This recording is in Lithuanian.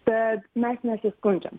tad mes nesiskundžiam